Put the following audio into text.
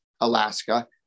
Alaska